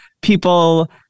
people